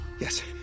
Yes